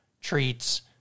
treats